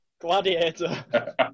gladiator